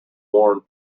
worn